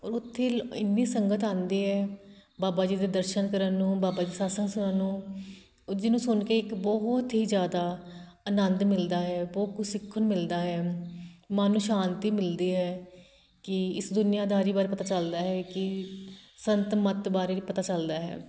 ਔਰ ਉੱਥੇ ਇੰਨੀ ਸੰਗਤ ਆਉਂਦੀ ਹੈ ਬਾਬਾ ਜੀ ਦੇ ਦਰਸ਼ਨ ਕਰਨ ਨੂੰ ਬਾਬਾ ਜੀ ਸਤਿਸੰਗ ਸੁਣਨ ਨੂੰ ਉਹ ਜਿਹਨੂੰ ਸੁਣ ਕੇ ਇੱਕ ਬਹੁਤ ਹੀ ਜ਼ਿਆਦਾ ਆਨੰਦ ਮਿਲਦਾ ਹੈ ਬਹੁਤ ਕੁਝ ਸਿੱਖਣ ਨੂੰ ਮਿਲਦਾ ਹੈ ਮਨ ਨੂੰ ਸ਼ਾਂਤੀ ਮਿਲਦੀ ਹੈ ਕਿ ਇਸ ਦੁਨੀਆਦਾਰੀ ਬਾਰੇ ਪਤਾ ਚੱਲਦਾ ਹੈ ਕਿ ਸੰਤ ਮੱਤ ਬਾਰੇ ਪਤਾ ਚੱਲਦਾ ਹੈ